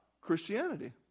Christianity